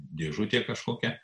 dėžutė kažkokia